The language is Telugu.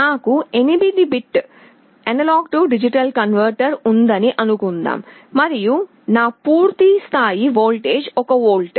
నాకు 8 బిట్ A D కన్వర్టర్ ఉందని అనుకుందాం మరియు నా పూర్తి స్థాయి వోల్టేజ్ 1 వోల్ట్